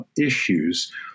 issues